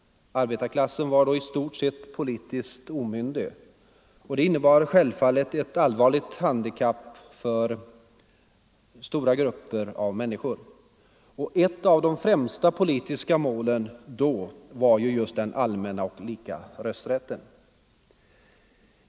Arbetarklassen var då i stort sett politiskt omyndig, och det innebar självfallet ett allvarligt handikapp för stora grupper av människor. Ett av de främsta politiska målen då var ju den allmänna och lika rösträtten.